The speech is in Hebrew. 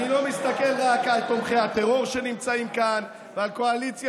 אני לא מסתכל רק על תומכי הטרור שנמצאים כאן ועל קואליציה